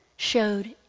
showed